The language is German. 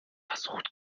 versucht